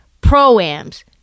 pro-ams